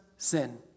Sin